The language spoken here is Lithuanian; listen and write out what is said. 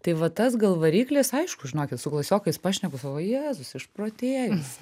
tai va tas gal variklis aišku žinokit su klasiokais pašneku sako o jėzus išprotėjus